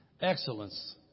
Excellence